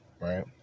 right